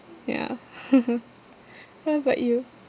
ya what about you